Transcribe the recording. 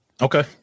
Okay